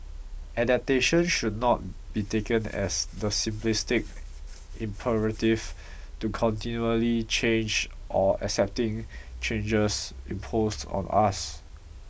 adaptation should not be taken as the simplistic imperative to continually change or accepting changes imposed on us